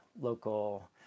local